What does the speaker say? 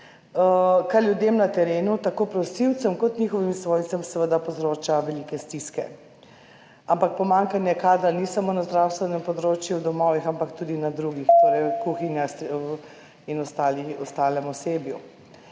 kar ljudem na terenu, tako prosilcem kot njihovim svojcem, seveda povzroča velike stiske. Ampak pomanjkanje kadra v domovih ni samo na zdravstvenem področju, ampak tudi na drugih, v kuhinji in pri ostalem osebju.